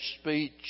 speech